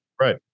Right